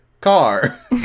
Car